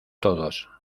todos